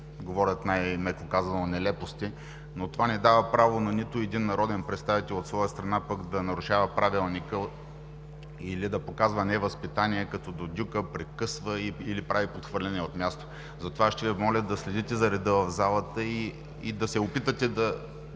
говорят най-меко казано – нелепости, но това не дава право на нито един народен представител от своя страна да нарушава Правилника или да показва невъзпитание, като дюдюка, прекъсва или прави подхвърляния от място. Затова аз ще Ви моля да следите за реда в залата и да се опитате да